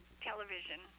television